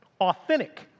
authentic